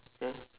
ya